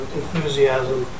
enthusiasm